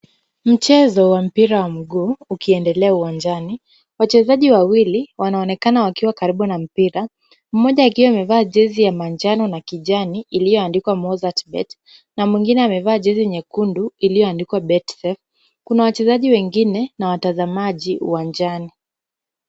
Mchezo wa mpira wa mguu ukiendelea uwanjani. Wachezaji wawili wanaonekana wakiwa karibu na mpira, mmoja akiwa amevaa jezi ya manjano na kijani iliyoandikwa Mozzart Bet na mwingine amevaa jezi nyekundu iliyoandikwa Betsafe .Kuna wachezaji wengine na watazamaji uwanjani.